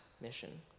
Mission